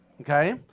Okay